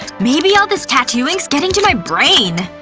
maybe all this tattoo ink's getting to my brain.